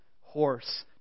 horse